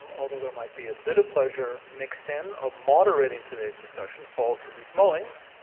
although there might be a bit of pleasure, mixed in of moderating today's discussion falls to leith mullings,